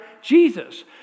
Jesus